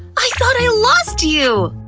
i thought i lost you!